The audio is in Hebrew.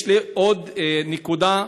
יש לי עוד נקודה.